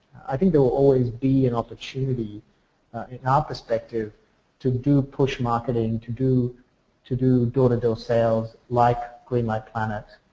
i think there will always be an opportunity in our perspective to do push marketing, to do to do door-to-door sales like greenlight planet